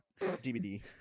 DVD